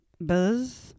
Buzz